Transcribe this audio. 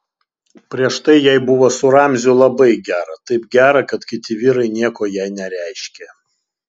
prieš tai jai buvo su ramziu labai gera taip gera kad kiti vyrai nieko jai nereiškė